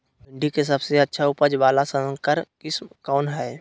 भिंडी के सबसे अच्छा उपज वाला संकर किस्म कौन है?